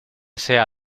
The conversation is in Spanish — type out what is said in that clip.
sea